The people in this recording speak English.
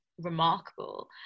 remarkable